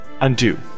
Undo